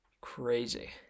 Crazy